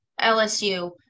lsu